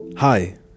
hi